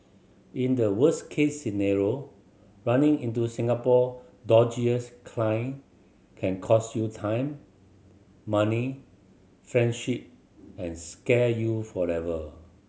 in the worst case scenario running into Singapore dodgiest client can cost you time money friendship and scar you forever